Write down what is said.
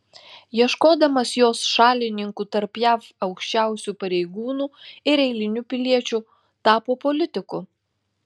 ieškodamas jos šalininkų tarp jav aukščiausių pareigūnų ir eilinių piliečių tapo politiku